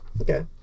Okay